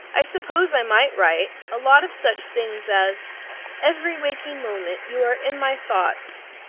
i suppose i might write a lot of such things as every waking moment you are in my thoughts.